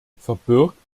verbirgt